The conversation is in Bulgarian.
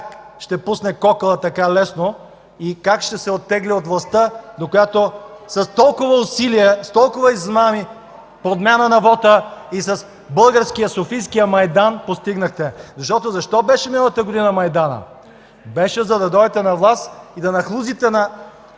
ще пусне кокала така лесно и как ще се оттегли от властта, която постигнахте с толкова усилия, с толкова измами, подмяна на вота и с българския, софийския майдан. Защо беше миналата година майданът? Беше, за да дойдете на власт и да нахлузите на